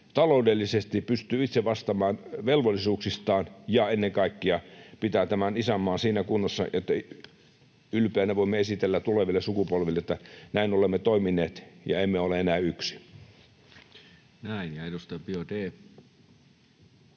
taloudellisesti, pystyy itse vastaamaan velvollisuuksistaan ja ennen kaikkia pitää tämän isänmaan siinä kunnossa, että ylpeänä voimme esitellä tuleville sukupolville, että näin olemme toimineet ja emme ole enää yksin.